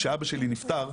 כאשר אבא שלי נפטר,